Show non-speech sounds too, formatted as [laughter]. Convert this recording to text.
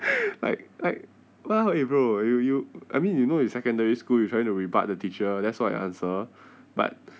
[laughs] like like !wow! eh bro you you I mean you know in secondary school you trying to rebut the teacher that's what you answer but